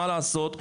מה לעשות.